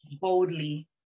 boldly